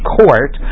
court